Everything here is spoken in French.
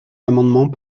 amendement